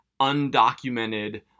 undocumented